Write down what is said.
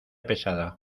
pesada